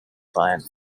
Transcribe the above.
client